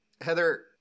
heather